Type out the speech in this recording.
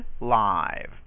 live